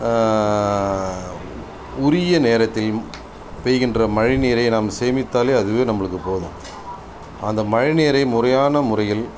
உரிய நேரத்தில் பெய்கின்ற மழை நீரை நாம் சேமித்தாலே அதுவே நம்மளுக்கு போதும் அந்த மழை நீரை முறையான முறையில்